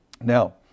Now